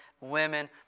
Women